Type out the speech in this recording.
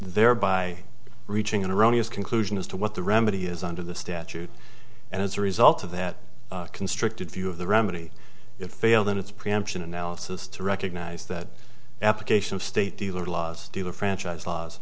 thereby reaching an erroneous conclusion as to what the remedy is under the statute and as a result of that constricted view of the remedy it failed in its preemption analysis to recognize that application of state dealer laws do the franchise laws